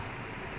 ya